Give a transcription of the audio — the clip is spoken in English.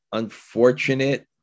unfortunate